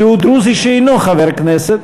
שהוא דרוזי שאינו חבר הכנסת.